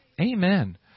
Amen